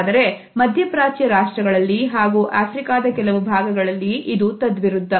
ಆದರೆ ಮಧ್ಯಪ್ರಾಚ್ಯ ರಾಷ್ಟ್ರಗಳಲ್ಲಿ ಹಾಗೂ ಆಫ್ರಿಕಾದ ಕೆಲವು ಭಾಗಗಳಲ್ಲಿ ಇದು ತದ್ವಿರುದ್ಧ